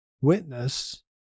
witness